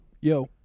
Yo